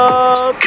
up